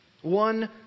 One